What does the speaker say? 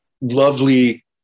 lovely